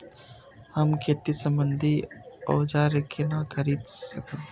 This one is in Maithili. हम खेती सम्बन्धी औजार केना खरीद करब?